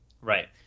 Right